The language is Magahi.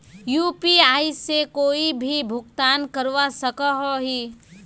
यु.पी.आई से कोई भी भुगतान करवा सकोहो ही?